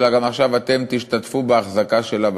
אלא עכשיו אתם גם תשתתפו בהחזקה שלה בצבא.